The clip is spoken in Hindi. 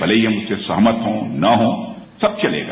भले ही हम उससे सहमत हों न हो सब चलेगा